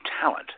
talent